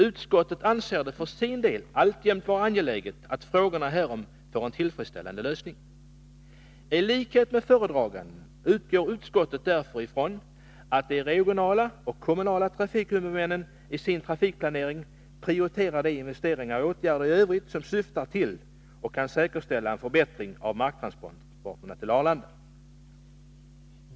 Utskottet anser det för sin del alltjämt vara angeläget att frågorna härom får en tillfredsställande lösning. I likhet med föredraganden utgår utskottet därför från att de regionala och kommunala trafikhuvudmännen i sin trafikplanering m.m. prioriterar de investeringar och åtgärder i övrigt som syftar till och kan säkerställa en förbättring av marktransporterna till Arlanda.